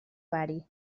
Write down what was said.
bari